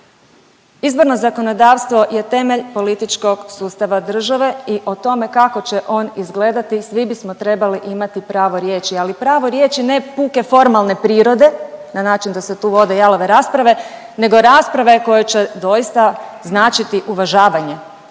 Izborno zakonodavstvo je temelj političkog sustava države i o tome kako će on izgledati svi bismo trebali imati pravo riječi, ali pravo riječi ne puke formalne prirode na način da se tu vode jalove rasprave nego rasprave koje će doista značiti uvažavanje.